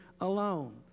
alone